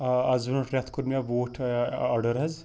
آ آز برٛونٛٹھ رٮ۪تھ کوٚر مےٚ بوٗٹھ آرڈر حظ